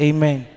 Amen